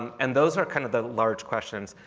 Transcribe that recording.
um and those are kind of the large questions.